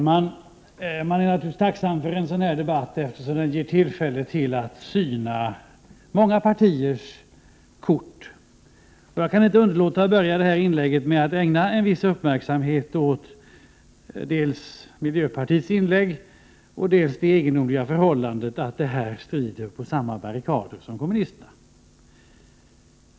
Herr talman! Vi är naturligtvis tacksamma för en sådan här debatt, eftersom den ger tillfälle att syna många partiers kort. Jag kan inte underlåta att börja mitt anförande med att ägna en viss uppmärksamhet åt dels miljöpartiets inlägg, dels det egendomliga förhållandet att miljöpartiet här strider på samma barrikader som kommunisterna.